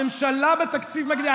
הממשלה בתקציב מגדילה.